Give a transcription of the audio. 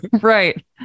right